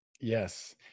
Yes